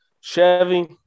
Chevy